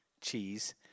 cheese